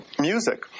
music